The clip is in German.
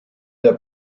der